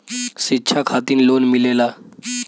शिक्षा खातिन लोन मिलेला?